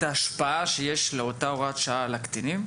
ההשפעה שיש לאותה הוראת השעה על הקטינים?